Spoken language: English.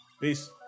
Peace